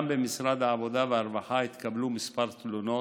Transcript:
גם במשרד העבודה והרווחה התקבלו כמה תלונות,